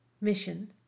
Mission